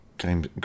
Game